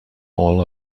all